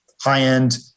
high-end